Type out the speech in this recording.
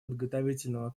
подготовительного